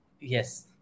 Yes